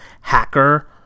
hacker